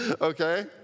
Okay